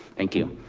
thank you.